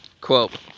Quote